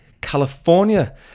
california